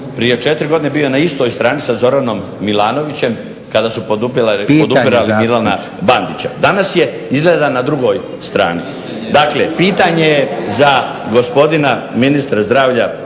prije četiri godine bio na istoj strani sa Zoranom Milanovićem kada su podupirali Milana Bandića. Danas je izgleda na drugoj strani. Dakle pitanje za gospodina ministra zdravlja